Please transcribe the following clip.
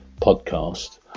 podcast